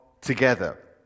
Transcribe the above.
together